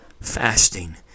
fasting